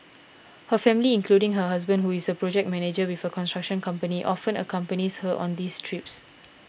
her family including her husband who is a project manager with a construction company often accompanies her on these trips